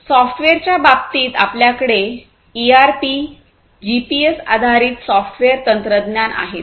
सॉफ्टवेअरच्या बाबतीत आपल्याकडे ईआरपी जीपीएस आधारित सॉफ्टवेअर तंत्रज्ञान आहेत